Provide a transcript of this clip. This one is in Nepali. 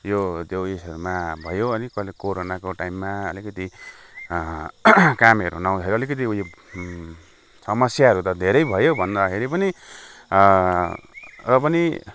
यो त्यो उयसहरूमा भयो अलिक कोरोनाको टाइममा अलिकति कामहरू नहुँदाखेरि अलिकति समस्याहरू त धेरै भयो भन्दाखेरि पनि र पनि